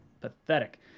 Pathetic